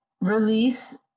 release